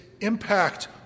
impact